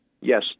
yes